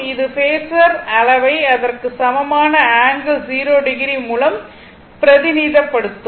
இது பேஸர் அளவை அதற்கு சமமான ஆங்கிள் 0o மூலம் பிரதிநிதிப்படுத்தும்